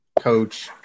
coach